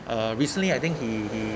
uh recently I think he he